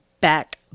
Back